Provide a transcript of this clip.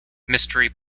mystery